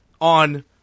on